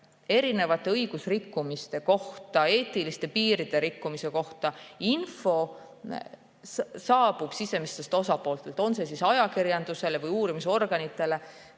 erinevate õigusrikkumiste kohta, eetiliste piiride rikkumise kohta saabub info sisemistelt osapooltelt kas ajakirjandusele või uurimisorganitele,